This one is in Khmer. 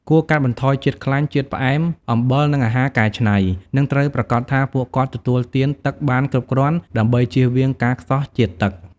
គួរកាត់បន្ថយជាតិខ្លាញ់ ជាតិផ្អែម អំបិល និងអាហារកែច្នៃ និងត្រូវប្រាកដថាពួកគាត់ទទួលទានទឹកបានគ្រប់គ្រាន់ ដើម្បីជៀសវាងការខ្សោះជាតិទឹក។